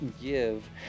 give